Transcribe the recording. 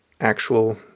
actual